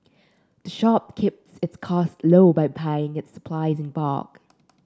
the shop keeps its costs low by its supplies in bulk